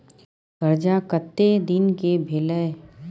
कर्जा कत्ते दिन के भेलै?